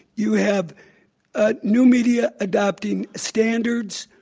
you have ah new media adopting standards,